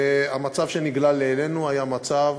המצב שנגלה לעינינו היה מצב